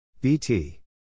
BT